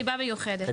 חיבה מיוחדת.